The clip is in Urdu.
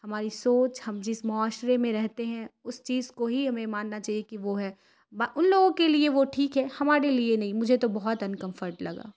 ہماری سوچ ہم جس معاشرے میں رہتے ہیں اس چیز کو ہی ہمیں ماننا چاہیے کہ وہ ہے ان لوگوں کے لیے وہ ٹھیک ہے ہماڑے لیے نہیں مجھے تو بہت انکمفرٹ لگا